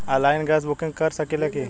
Online gas book कर सकिले की?